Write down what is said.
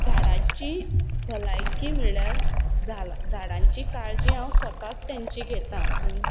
झाडांची भलायकी म्हणल्यार झाडांची काळजी हांव स्वताच तेंची घेतां